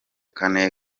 kane